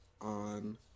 on